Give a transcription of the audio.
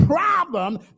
problem